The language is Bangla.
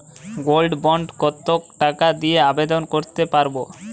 গোল্ড বন্ড কত টাকা দিয়ে আবেদন করতে পারবো?